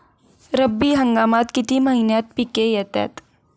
रब्बी हंगामात किती महिन्यांत पिके येतात?